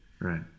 Right